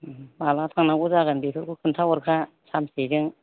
माब्ला थांनांगौ जागोन बेफोरखौ खोन्थाहरखा सानसेजों